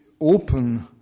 open